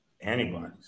antibodies